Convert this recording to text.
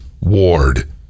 Ward